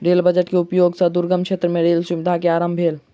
rail budget के उपयोग सॅ दुर्गम क्षेत्र मे रेल सुविधा के आरम्भ भेल